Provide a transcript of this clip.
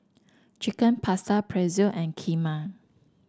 Chicken Pasta Pretzel and Kheema